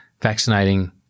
vaccinating